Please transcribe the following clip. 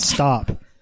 Stop